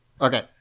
Okay